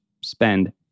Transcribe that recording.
spend